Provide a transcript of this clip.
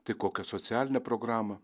tai kokią socialinę programą